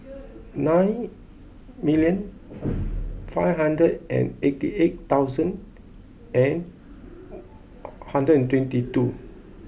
nine million five hundred and eighty eight thousand and hundred and twenty two